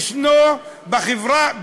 נמכרים.